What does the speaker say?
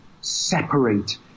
separate